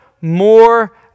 more